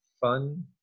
fun